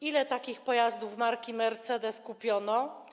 Ile takich pojazdów marki Mercedes kupiono?